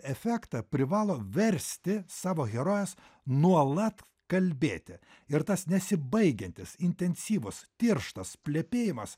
efektą privalo versti savo herojus nuolat kalbėti ir tas nesibaigiantis intensyvus tirštas plepėjimas